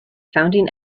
founding